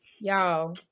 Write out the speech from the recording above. Y'all